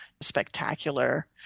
spectacular